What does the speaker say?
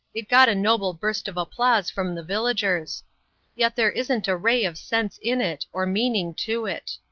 it got a noble burst of applause from the villagers yet there isn't a ray of sense in it, or meaning to it.